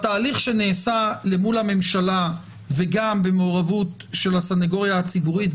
בתהליך שנעשה למול הממשלה וגם במעורבות של הסנגוריה הציבורית,